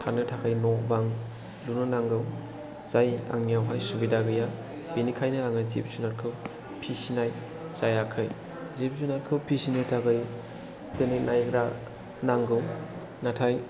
थानो थाखाय न' बां लुनो नांगौ जाय आंनियावहाय सुबिदा गैया बेनिखायनो आङो जिब जुनारखौ फिसिनाय जायाखै जिब जुनारखौ फिसिनो थाखाय दिनै नायग्रा नांगौ नाथाय